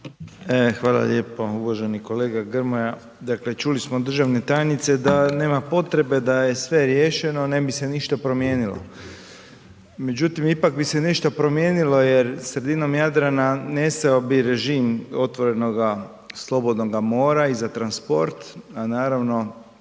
Hvala lijepo. Uvaženi kolega Grmoja, dakle, čuli smo od državne tajnice da nema potrebe da je sve riješeno, ne bi se ništa promijenilo. Međutim, ipak bi se nešto promijenilo jer sredinom Jadrana nestao bi režim otvorenoga slobodnoga mora i za transport, a naravno